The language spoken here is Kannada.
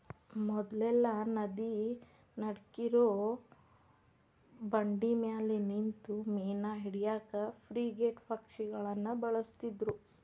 ಮೊದ್ಲೆಲ್ಲಾ ನದಿ ನಡಕ್ಕಿರೋ ಬಂಡಿಮ್ಯಾಲೆ ನಿಂತು ಮೇನಾ ಹಿಡ್ಯಾಕ ಫ್ರಿಗೇಟ್ ಪಕ್ಷಿಗಳನ್ನ ಬಳಸ್ತಿದ್ರು